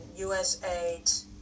USAID